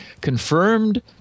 confirmed